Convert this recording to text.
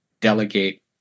Delegate